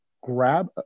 grab